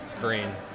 Green